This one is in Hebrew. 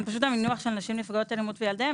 פשוט מינוח של נשים נפגעות אלימות וילדיהן